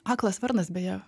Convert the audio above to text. aklas varnas beje